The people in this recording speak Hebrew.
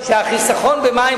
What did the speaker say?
שהחיסכון במים,